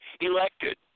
elected